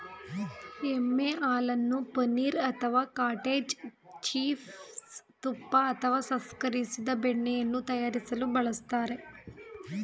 ಎಮ್ಮೆ ಹಾಲನ್ನು ಪನೀರ್ ಅಥವಾ ಕಾಟೇಜ್ ಚೀಸ್ ತುಪ್ಪ ಅಥವಾ ಸಂಸ್ಕರಿಸಿದ ಬೆಣ್ಣೆಯನ್ನು ತಯಾರಿಸಲು ಬಳಸ್ತಾರೆ